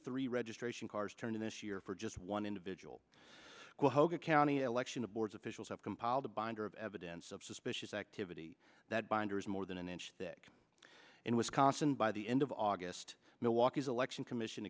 three registration cards turned in this year for just one individual hoga county election boards officials have compiled a binder of evidence of suspicious activity that binders more than an inch thick in wisconsin by the end of august milwaukee's election commission